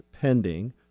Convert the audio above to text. pending